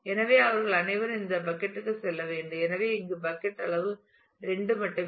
எனவே அவர்கள் அனைவரும் இந்த பக்கட் க்குச் செல்ல வேண்டும் எனவே இங்கு பக்கட் அளவு 2 மட்டுமே